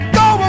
go